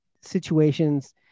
situations